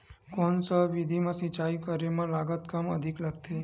कोन सा विधि म सिंचाई करे म लागत अधिक लगथे?